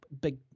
big